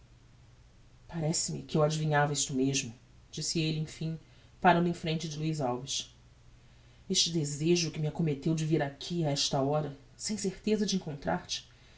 parece-me que eu adivinhava isto mesmo disse elle emfim parando em frente de luiz alves este desejo que me accometteu de vir aqui a este hora sem certeza de encontrar-te